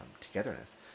togetherness